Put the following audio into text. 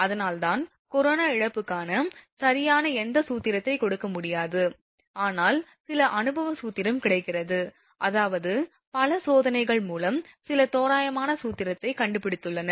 அதனால்தான் கொரோனா இழப்புக்கான சரியான எந்த சூத்திரத்தை கொடுக்க முடியாது ஆனால் சில அனுபவ சூத்திரம் கிடைக்கிறது அதாவது பல சோதனைகள் மூலம் சில தோராயமான சூத்திரத்தைக் கண்டுபிடித்துள்ளனர்